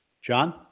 John